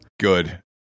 Good